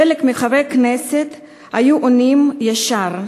חלק מחברי הכנסת היו עונים ישר: